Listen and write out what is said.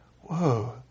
whoa